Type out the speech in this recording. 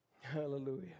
Hallelujah